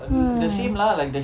mm